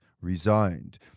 resigned